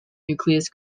nucleus